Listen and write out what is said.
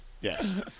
Yes